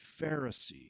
Pharisee